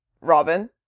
Robin